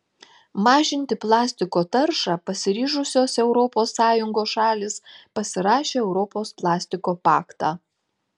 mažinti plastiko taršą pasiryžusios europos sąjungos šalys pasirašė europos plastiko paktą